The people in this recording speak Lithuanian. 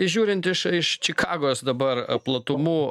žiūrint iš iš čikagos dabar platumų